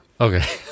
okay